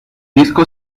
disco